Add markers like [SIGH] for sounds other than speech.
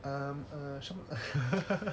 um um um [LAUGHS]